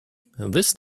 this